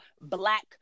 black